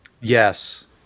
Yes